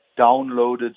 downloaded